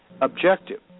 objective